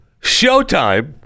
showtime